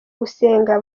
gusenga